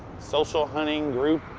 social hunting group,